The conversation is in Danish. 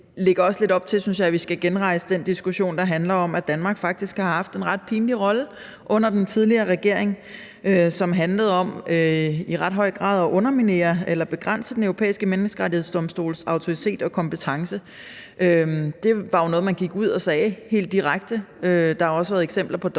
Det lægger også lidt op til, synes jeg, at vi skal genrejse den diskussion, der handler om, at Danmark faktisk har haft en ret pinlig rolle under den tidligere regering, som handlede om i ret høj grad at underminere eller begrænse Den Europæiske Menneskerettighedsdomstols autoritet og kompetence. Det var jo noget, man gik ud og sagde helt direkte. Der har også været eksempler på domme, der